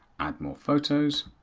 add more photos,